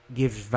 gives